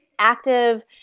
active